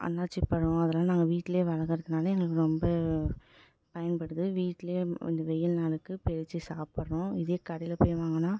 அன்னாசிப்பழம் அதெல்லாம் நாங்கள் வீட்டில் வளர்க்கறதுனால எங்களுக்கு ரொம்ப பயன்படுது வீட்டில் இந்த வெயில் நாளுக்கு பறித்து சாப்படுறோம் இதே கடையில் போய் வாங்கினா